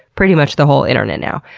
pretty much the whole internet now.